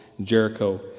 Jericho